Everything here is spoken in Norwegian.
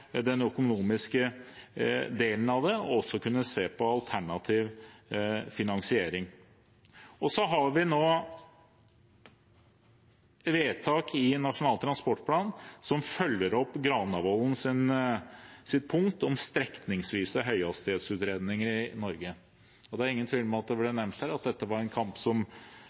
delen av det og også å kunne se på alternativ finansiering. I Nasjonal transportplan har vi nå et vedtak som følger opp Granavolden-plattformens punkt om strekningsvise høyhastighetsutredninger i Norge. Det er ingen tvil om, som det ble nevnt her, at dette var en kamp som